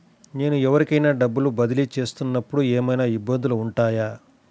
నేను ఎవరికైనా డబ్బులు బదిలీ చేస్తునపుడు ఏమయినా ఇబ్బందులు వుంటాయా?